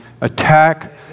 attack